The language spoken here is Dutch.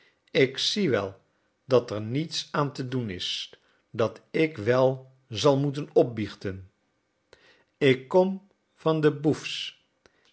ik zie wel dat er niets aan te doen is dat ik wel zal moeten opbiechten ik kom van de bouffes